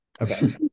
Okay